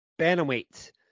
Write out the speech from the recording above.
bantamweight